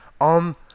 on